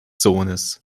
sohnes